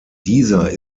dieser